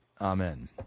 Amen